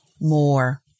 more